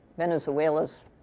venezuela's